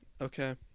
Okay